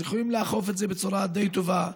ויכולים לאכוף את זה בצורה די טובה,